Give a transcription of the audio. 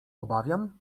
obawiam